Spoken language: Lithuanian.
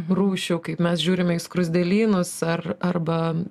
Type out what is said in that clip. rūšių kaip mes žiūrime į skruzdėlynus ar arba